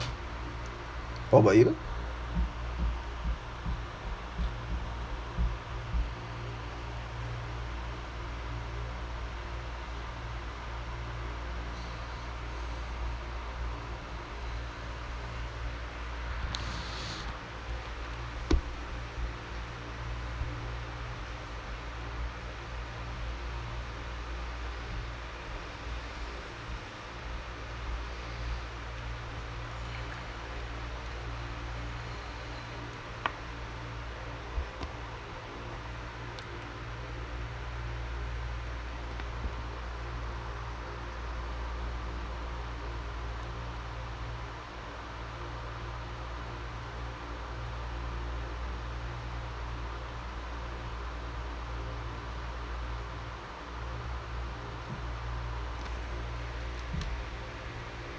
what about you